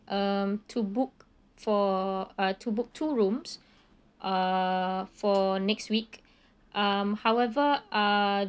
um to book for uh to book two rooms uh for next week um however uh